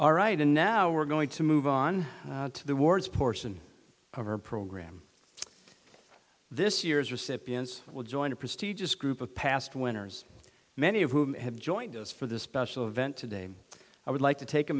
all right and now we're going to move on to the wards portion of our program this year's recipients will join a prestigious group of past winners many of whom have joined us for this special event today i would like to take a